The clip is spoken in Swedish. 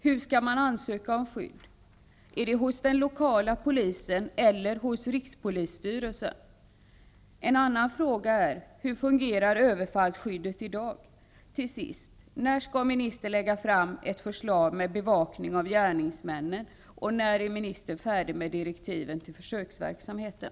Var skall man ansöka om skydd, hos den lokala polisen eller hos rikspolisstyrelsen? Till sist: När skall ministern lägga fram ett förslag om bevakning av gärningsmännen? Och när är ministern färdig med direktiven till försökverksamheten?